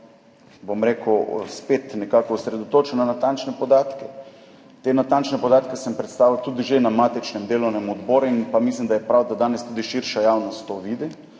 spet nekako osredotočil na natančne podatke. Te natančne podatke sem predstavil tudi že na matičnem delovnem odboru in mislim, da je prav, da danes tudi širša javnost to vidi.